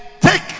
take